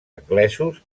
anglesos